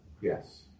Yes